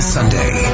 Sunday